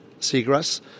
seagrass